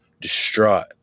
distraught